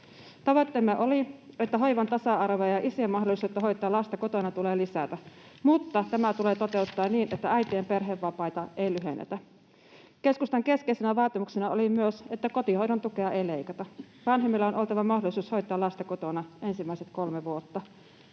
Tavoitteemme oli, että hoivan tasa-arvoa ja isien mahdollisuutta hoitaa lasta kotona tulee lisätä, mutta tämä tulee toteuttaa niin, että äitien perhevapaita ei lyhennetä. Keskustan keskeisenä vaatimuksena oli myös, että kotihoidon tukea ei leikata. Vanhemmilla on oltava mahdollisuus hoitaa lasta kotona ensimmäiset kolme vuotta.